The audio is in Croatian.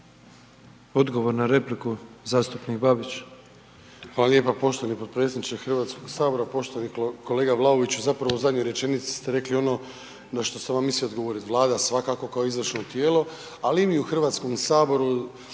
Odgovor na repliku, zastupnica Taritaš.